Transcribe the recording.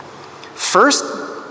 First